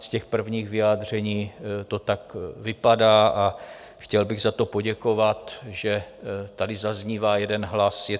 Z těch prvních vyjádření to tak vypadá a chtěl bych za to poděkovat, že tady zaznívá jeden hlas.